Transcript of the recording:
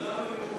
כולנו עם